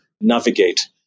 navigate